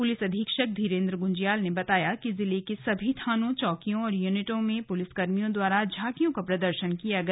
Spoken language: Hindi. पुलिस अधीक्षक धीरेन्द्र गुंज्याल ने बताया कि जिले के सभी थानों चौकियों और यूनिटों से पुलिस कर्मियों द्वारा झांकियों का प्रदर्शन किया गया